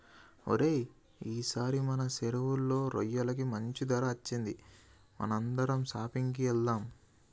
ఓరై ఈసారి మన సెరువులో రొయ్యలకి మంచి ధర అచ్చింది మనం అందరం షాపింగ్ కి వెళ్దాం